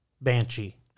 Banshee